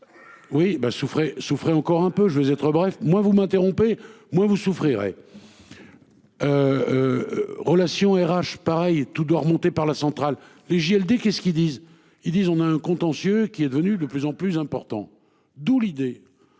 souffrait encore un peu, je vais être bref, moi vous m'interrompez moi vous souffrirai. Relation RH pareil et tout doit remonter par la centrale les JLD. Qu'est-ce qu'ils disent, ils disent, on a un contentieux qui est devenu de plus en plus important d'où l'idée.